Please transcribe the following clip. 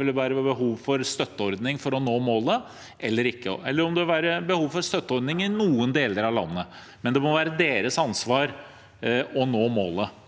vil være behov eller ikke for en støtteordning for å nå målet – eller om det vil være behov for en støtteordning i noen deler av landet. Men det må være deres ansvar å nå målet.